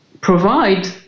provide